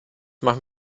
machen